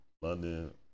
London